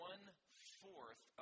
one-fourth